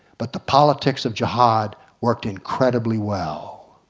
but the politics of jihad worked incredibly well.